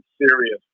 serious